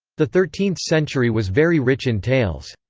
the thirteenth century was very rich in tales.